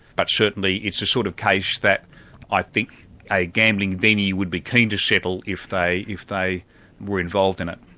but certainly it's the sort of case that i think a gambling venue would be keen to settle if they if they were involved in it.